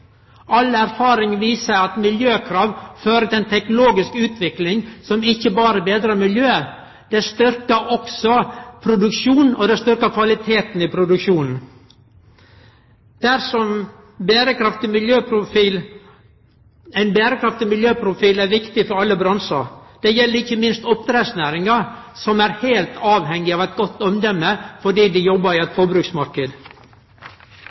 All erfaring viser at miljøkrav fører til ei teknologisk utvikling som ikkje berre betrar miljøet, det styrkjer også produksjonen, og det styrkjer kvaliteten i produksjonen. Ein berekraftig miljøprofil er viktig for alle bransjar. Det gjeld ikkje minst oppdrettsnæringa, som er heilt avhengig av eit godt omdømme fordi dei jobbar i